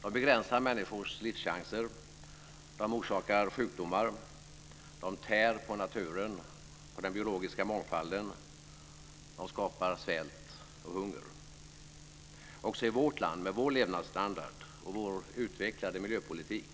De begränsar människors livschanser. De orsakar sjukdomar. De tär på naturen och på den biologiska mångfalden. De skapar svält och hunger. Också i vårt land med vår levnadsstandard och vår utvecklade miljöpolitik